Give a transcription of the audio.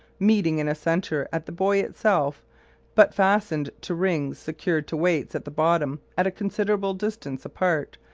meeting in a centre at the buoy itself but fastened to rings secured to weights at the bottom at a considerable distance apart,